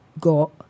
got